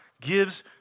gives